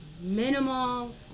minimal